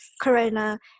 corona